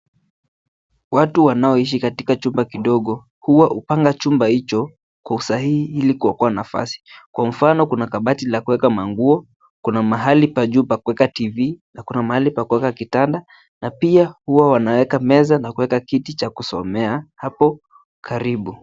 Watu wanaoishi katika chumba kidogo huwa hupanga chumba hicho kwa usahihi ili kuokoa nafasi. Kwa mfano kuna kabati la kuweka manguo, kuna mahali pa juu pa kuweka TV na kuna mahali pa kuweka kitanda na pia huwa wanaweka meza na kuweka kiti cha kusomea hapo karibu.